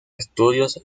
estudios